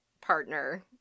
partner